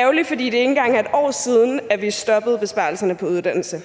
er ærgerlig, fordi det ikke engang er et år siden, at vi stoppede besparelserne på uddannelse.